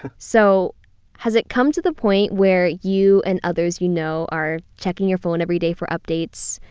so has it come to the point where you and others you know are checking your phone every day for updates?